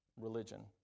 religion